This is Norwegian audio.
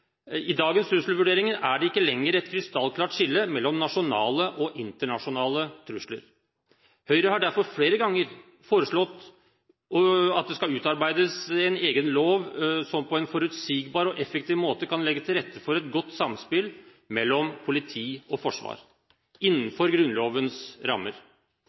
I dagens trusselvurderinger er det ikke lenger et krystallklart skille mellom nasjonale og internasjonale trusler. Høyre har derfor flere ganger foreslått at det skal utarbeides en egen lov som på en forutsigbar og effektiv måte kan legge til rette for et godt samspill mellom politi og forsvar – innenfor Grunnlovens rammer.